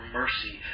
mercy